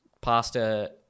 pasta